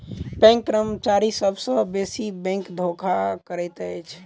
bank कर्मचारी सभ सॅ बेसी बैंक धोखा करैत अछि